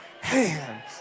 hands